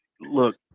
Look